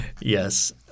Yes